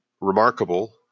remarkable